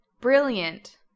Brilliant